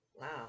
Wow